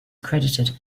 credited